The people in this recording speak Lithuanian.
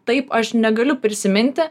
taip aš negaliu prisiminti